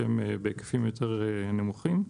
והם בהיקפים יותר נמוכים.